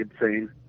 insane